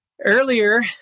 Earlier